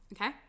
okay